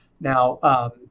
Now